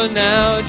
now